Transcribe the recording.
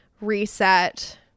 reset